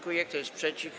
Kto jest przeciw?